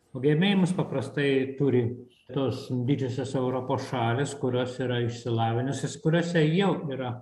o gebėjimus paprastai turi tos didžiosios europos šalys kurios yra išsilavinusios kuriose jau yra